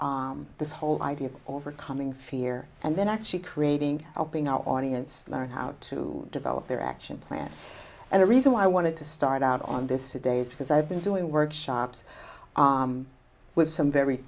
this whole idea of overcoming fear and then actually creating helping our audience learn how to develop their action plan and the reason why i wanted to start out on this today is because i've been doing workshops with some very